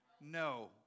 no